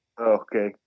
Okay